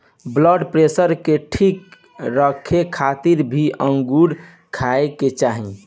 blood pressure के ठीक रखे खातिर भी अंगूर खाए के चाही